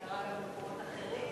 זה קרה גם במקומות אחרים.